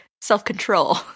self-control